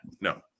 No